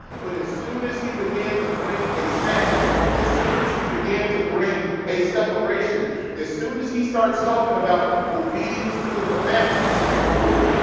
but as soon as he began to bring a standard as soon as he began to bring a separation as soon as he starts talking about obedience to the commandments fruit.